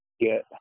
get